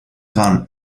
gun